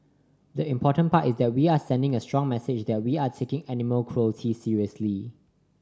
the important part is that we are sending a strong message that we are taking animal cruelty seriously